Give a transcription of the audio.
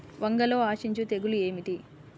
వంగలో ఆశించు తెగులు ఏమిటి?